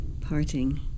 parting